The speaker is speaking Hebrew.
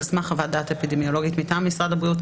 על סמך חוות דעת אפידמיולוגית מטעם משרד הבריאות,